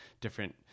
different